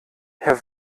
herr